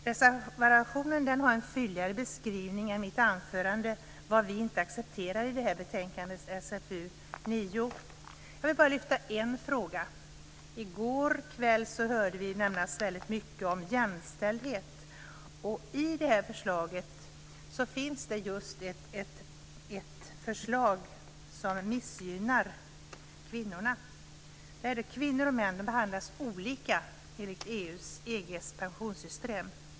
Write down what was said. Reservationen har en fylligare beskrivning än mitt anförande av vad vi inte accepterar i det här betänkandet, SfU9. Jag vill bara lyfta fram en fråga. I går kväll hörde vi nämnas väldigt mycket om jämställdhet. I det här förslaget finns det just en del som missgynnar kvinnorna. Kvinnor och män behandlas olika i EG:s pensionssystem.